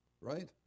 Right